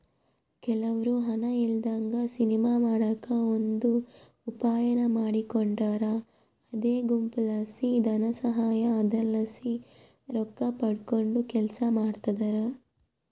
ಕೆಲವ್ರು ಹಣ ಇಲ್ಲದಂಗ ಸಿನಿಮಾ ಮಾಡಕ ಒಂದು ಉಪಾಯಾನ ಮಾಡಿಕೊಂಡಾರ ಅದೇ ಗುಂಪುಲಾಸಿ ಧನಸಹಾಯ, ಅದರಲಾಸಿ ರೊಕ್ಕಪಡಕಂಡು ಕೆಲಸ ಮಾಡ್ತದರ